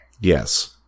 yes